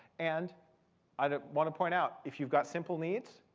and i want to point out if you've got simple needs,